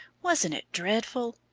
wasn't it dreadful?